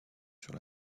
sur